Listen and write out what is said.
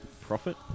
profit